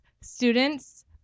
students